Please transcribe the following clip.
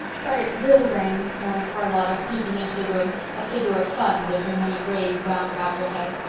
but it will rain, mourned charlotta, creeping into the room, a figure of fun, with her many braids wound about her head,